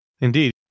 Indeed